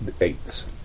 eights